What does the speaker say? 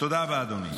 תודה רבה, אדוני.